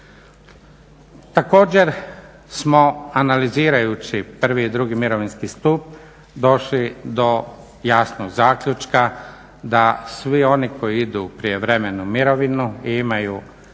Također smo analizirajući prvi i drugi mirovinski stup došli do jasnog zaključka da svi oni koji idu u prijevremenu mirovinu i imaju